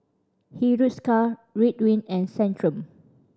Hiruscar Ridwind and Centrum